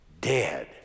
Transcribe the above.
Dead